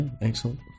excellent